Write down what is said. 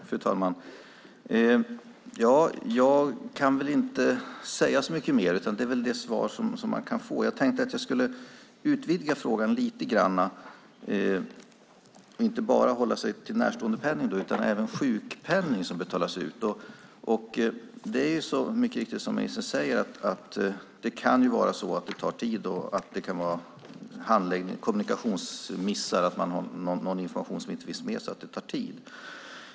Fru talman! Jag kan inte säga så mycket mer, utan det är det svar man kan få. Jag tänkte i stället utvidga frågan lite grann och inte bara hålla mig till frågan om närståendepenning utan även ta upp frågan om sjukpenning. Mycket riktigt som ministern säger kan det ta tid på grund av till exempel kommunikationsmissar, någon information finns inte med så att det tar tid.